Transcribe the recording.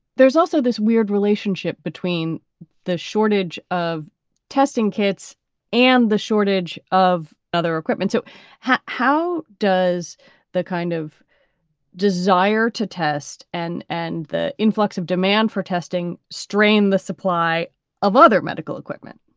there's also this weird relationship between the shortage of testing kits and the shortage of other equipment to so hack. how does the kind of desire to test and and the influx of demand for testing strain the supply of other medical equipment?